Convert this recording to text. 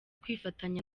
kwifatanya